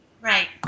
Right